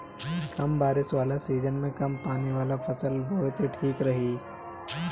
कम बारिश वाला सीजन में कम पानी वाला फसल बोए त ठीक रही